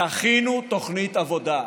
תכינו תוכנית עבודה?